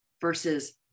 versus